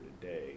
today